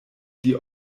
die